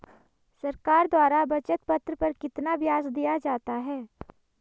सरकार द्वारा बचत पत्र पर कितना ब्याज दिया जाता है?